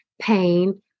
pain